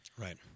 right